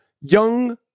young